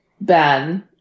Ben